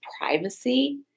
privacy